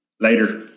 Later